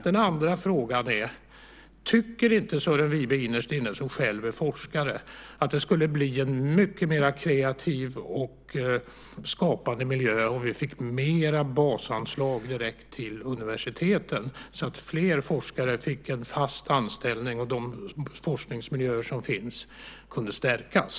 Den andra frågan är: Tycker inte Sören Wibe, som själv är forskare, innerst inne att det skulle bli en mycket mera kreativ och skapande miljö om vi fick mer basanslag direkt till universiteten så att fler forskare fick en fast anställning och de forskningsmiljöer som finns kunde stärkas?